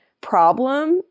problem